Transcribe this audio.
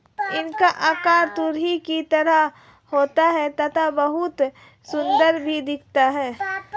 इनका आकार तुरही की तरह होता है तथा बहुत सुंदर भी दिखते है